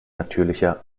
natürlicher